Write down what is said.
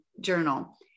journal